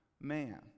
man